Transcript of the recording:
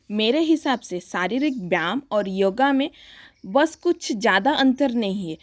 मेरे हिसाब से शारीरिक व्यायाम और योगा में बस कुछ ज़्यादा अंतर नहीं है